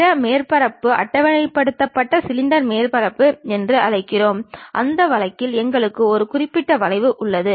பிற மேற்பரப்புகள் அட்டவணைப்படுத்தப்பட்ட சிலிண்டர் மேற்பரப்புகள் என்று அழைக்கப்படுகின்றன அந்த வழக்கில் எங்களுக்கு ஒரு குறிப்பிட்ட வளைவு உள்ளது